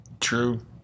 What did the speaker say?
True